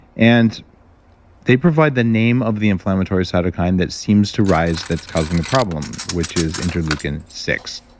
and they provide the name of the inflammatory cytokine that seems to rise that's causing the problem, which is interleukin six,